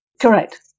Correct